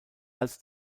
als